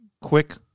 quick